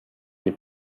nie